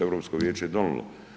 Europsko vijeće donijelo.